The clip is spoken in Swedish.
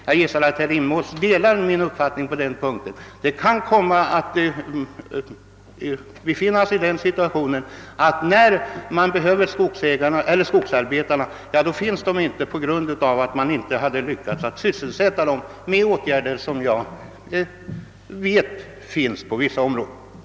Jag antar att herr Rimås delar min uppfattning att situationen kan bli den som jag angav, nämligen att skogsarbetarna inte finns att tillgå när skogsägarna beiöver dem och att orsaken kan visa sig vara att åtgärder för att sysselsätta skogsarbetarna under lågkonjunkturen — motsvarande de åtgärder som genomförts på vissa andra områden — inte vidtagits.